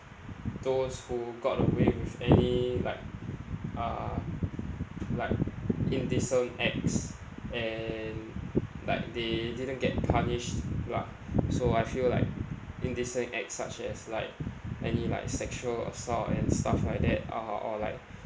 those who got away with any like uh like indecent acts and like they didn't get punished lah so I feel like indecent acts such as like any like sexual assault and stuff like that uh or like